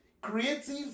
creative